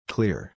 Clear